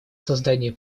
создании